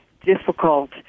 difficult